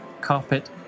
carpet